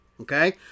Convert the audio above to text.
Okay